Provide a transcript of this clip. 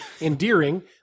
endearing